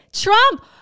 Trump